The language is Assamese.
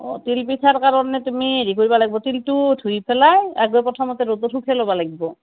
তিল পিঠাৰ কাৰণে তুমি হেৰি কৰিব লাগ্ব তিলটো ধুই পেলাই আগে প্ৰথমে শুকোৱাই ল'ব লাগিব